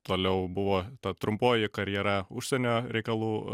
toliau buvo ta trumpoji karjera užsienio reikalų